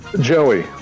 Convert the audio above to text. Joey